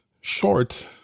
short